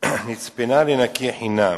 נצפנה לנקי חנם.